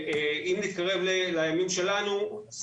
אם נתקרב לימים שלנו,